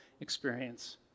experience